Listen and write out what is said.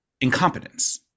incompetence